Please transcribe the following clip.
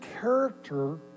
character